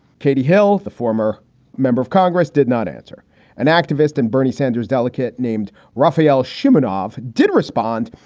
katie hill, a former member of congress, did not answer an activist. and bernie sanders delicate named rafaelle shuman off did respond.